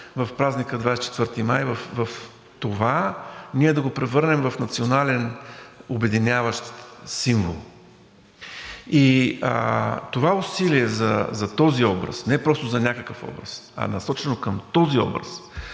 в празника 24 май, в това ние да го превърнем в национален, обединяващ символ. И това усилие за този образ, не просто за някакъв образ, а насочено към този образ